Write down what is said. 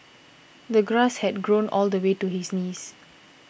the grass had grown all the way to his knees